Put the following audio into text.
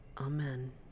Amen